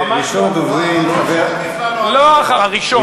אתה האחרון שתטיף לנו, הראשון.